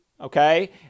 okay